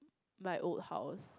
my old house